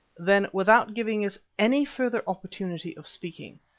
then, without giving us any further opportunity of speaking,